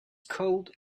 cold